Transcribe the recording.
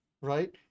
right